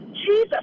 Jesus